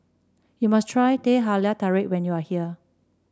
you must try Teh Halia Tarik when you are here